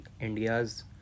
India's